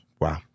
Wow